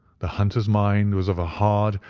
the hunter's mind was of a hard,